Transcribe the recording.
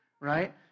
right